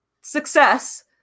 success